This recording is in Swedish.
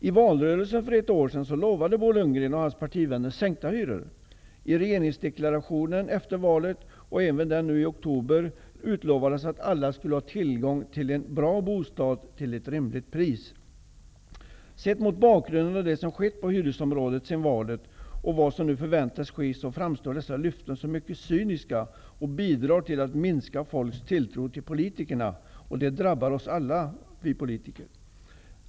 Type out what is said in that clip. I valrörelsen för ett år sedan lovade Bo Lundgren och hans partivänner sänkta hyror. I regeringsdeklarationen efter valet, och även i regeringsdeklarationen i år, utlovades att alla skulle ha tillgång till en bra bostad till ett rimligt pris. Sett mot bakgrund av det som har skett på hyresområdet sedan valet och vad som nu förväntas ske, framstår dessa löften som mycket cyniska och bidrar till att minska folks tilltro till politiker. Det drabbar alla oss politiker.